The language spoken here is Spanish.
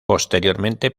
posteriormente